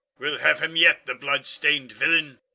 we'll have him yet, the blood-stained villain!